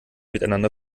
miteinander